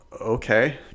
okay